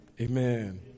Amen